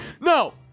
No